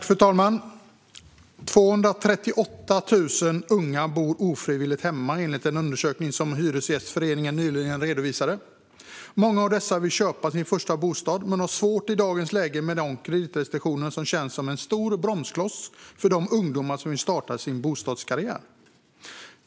Fru talman! Det är 238 000 unga som ofrivilligt bor hemma, enligt en undersökning som Hyresgästföreningen nyligen redovisade. Många av dessa vill köpa sin första bostad men har svårt i dagens läge, med de kreditrestriktioner som känns som en stor bromskloss för de ungdomar som vill starta sin bostadskarriär.